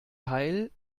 teil